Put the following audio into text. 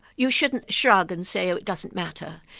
you shouldn't shrug and say oh it doesn't matter,